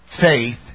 faith